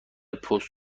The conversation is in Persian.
پست